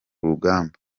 rugamba